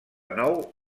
nou